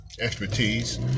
expertise